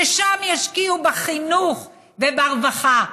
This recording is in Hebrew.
ששם ישקיעו בחינוך וברווחה,